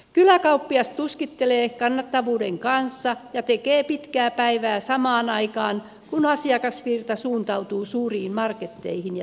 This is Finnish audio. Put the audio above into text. kyläkauppias tuskittelee kannattavuuden kanssa ja tekee pitkää päivää samaan aikaan kun asiakasvirta suuntautuu suuriin marketteihin ja tavarataloihin